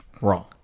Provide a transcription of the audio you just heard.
Wrong